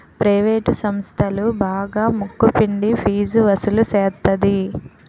private సంస్థలు బాగా ముక్కు పిండి ఫీజు వసులు సేత్తది